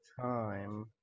time